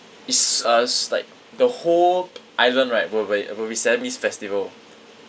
is uh is like the whole island right will be will be celebrating this festival